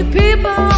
people